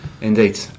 Indeed